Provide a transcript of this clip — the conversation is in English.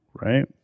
right